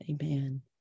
Amen